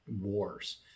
wars